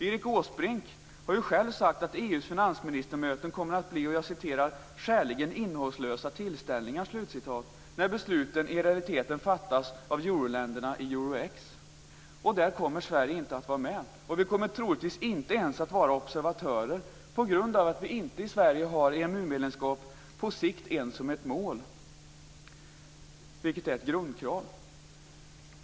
Erik Åsbrink har själv sagt att EU:s finansministermöten kommer att bli "skäligen innehållslösa tillställningar" när besluten i realiteten fattas av euroländerna i Euro-X, där Sverige inte kommer att vara med. Vi kommer troligtvis inte ens att vara observatörer på grund av att vi i Sverige inte har EMU-medlemskap som mål ens på sikt, vilket är ett grundkrav.